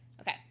Okay